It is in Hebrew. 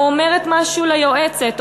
או אומרת משהו ליועצת,